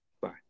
bye